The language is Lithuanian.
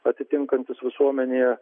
atitinkantis visuomenėje